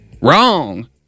wrong